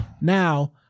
Now